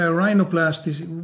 rhinoplasty